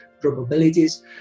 probabilities